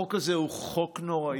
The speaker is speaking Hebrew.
החוק הזה הוא חוק נוראי.